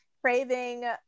craving